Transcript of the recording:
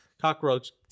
cockroach